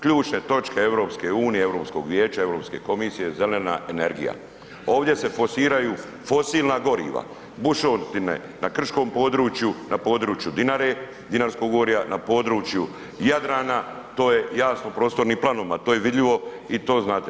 Ključne točke EU, Europskog vijeća, Europske komisije, zelena energija, ovdje se forsiraju fosilna goriva, bušotine na krškom području, na području Dinare, Dinarskog gorja, na području Jadrana, to je jasno prostornim planovima to je vidljivo i to znate.